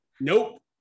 Nope